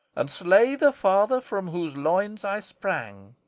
and slay the father from whose loins i sprang.